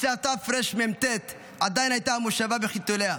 בשנת תרמ"ט עדיין הייתה המושבה בחיתוליה.